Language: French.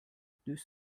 deux